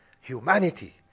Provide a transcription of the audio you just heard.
humanity